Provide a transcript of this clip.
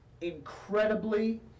Incredibly